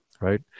right